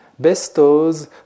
bestows